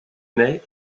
mets